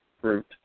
fruit